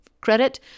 credit